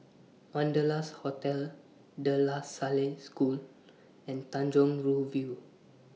Wanderlust Hotel De La Salle School and Tanjong Rhu View